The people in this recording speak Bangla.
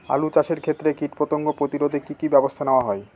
আলু চাষের ক্ষত্রে কীটপতঙ্গ প্রতিরোধে কি কী ব্যবস্থা নেওয়া হয়?